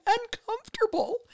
uncomfortable